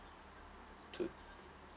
two